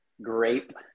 Grape